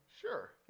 Sure